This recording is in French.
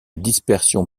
dispersion